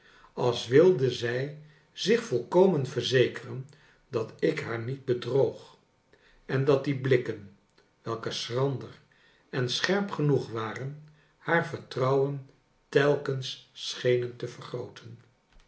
als wilde zij zich volkomen verzekeren dat ik haar niet bedroog en dat die blikken welke schrander en scherp genoeg waren haar vertrouwen telkens schenen te vergrooten